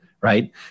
right